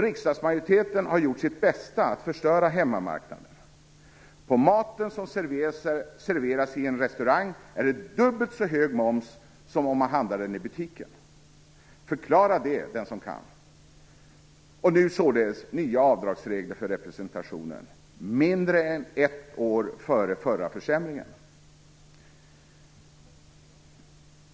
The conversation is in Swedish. Riksdagsmajoriteten har gjort sitt bästa att förstöra hemmamarknaden. På maten som serveras i en restaurang är det dubbelt så hög moms som när man handlar den i butiken. Förklara det, den som kan! Nu kommer således nya avdragsregler för representationen, mindre än ett år efter förra försämringen.